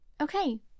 okay